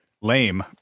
lame